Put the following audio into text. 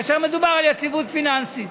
כאשר מדובר על יציבות פיננסית.